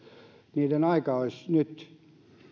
niiden aika olisi nyt